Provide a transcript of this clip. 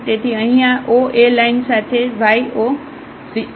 તેથી અહીં આ OA લાઈન સાથે તેથી y 0 છે